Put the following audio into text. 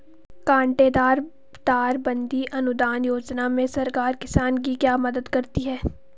कांटेदार तार बंदी अनुदान योजना में सरकार किसान की क्या मदद करती है?